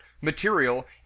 material